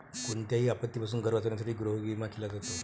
कोणत्याही आपत्तीपासून घर वाचवण्यासाठी गृहविमा केला जातो